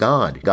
God